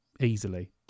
easily